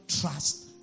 trust